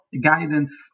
guidance